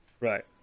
Right